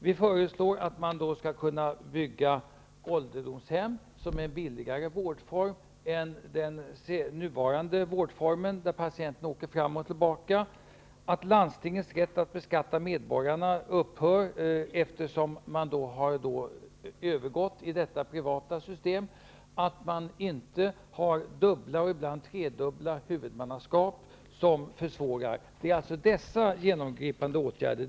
Vi föreslår att man skall kunna bygga ålderdomshem som är en billigare vårdform än den nuvarande där patienten åker fram och tillbaka. Landstingens rätt att beskatta medborgarna skall upphöra, eftersom man har övergått till ett privat system. Man skall inte ha dubbla och ibland tredubbla huvudmannaskap, som försvårar. Detta var bara några exempel på genomgripande åtgärder.